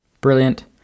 Brilliant